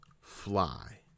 fly